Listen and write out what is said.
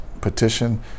petition